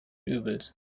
übels